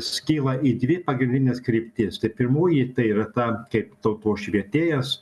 skyla į dvi pagrindines kryptis tai pirmoji tai yra ta kaip tautos švietėjas